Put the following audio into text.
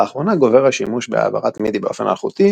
לאחרונה גובר השימוש בהעברת מידי באופן אלחוטי,